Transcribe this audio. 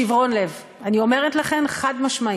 שיברון לב, אני אומרת לכם חד-משמעית,